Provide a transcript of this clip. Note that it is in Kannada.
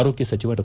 ಆರೋಗ್ತ ಸಚಿವ ಡಾ